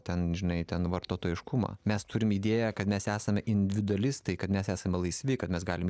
ten žinai ten vartotojiškumą mes turim idėją kad mes esame individualistai kad mes esame laisvi kad mes galime